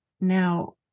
Now